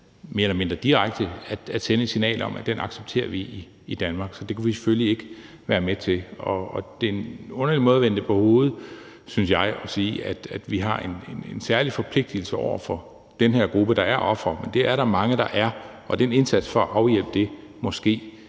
mere eller mindre direkte at sende et signal om, at den accepterer vi i Danmark, så det kunne vi selvfølgelig ikke være med til. Det er en underlig måde at vende det på hovedet, synes jeg, at sige, at vi har en særlig forpligtelse over for den her gruppe, der er ofre. Men det er der mange der er, og den indsats for at afhjælpe det må ske